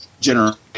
generation